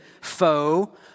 foe